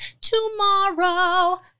tomorrow